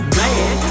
mad